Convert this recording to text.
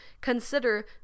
consider